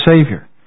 Savior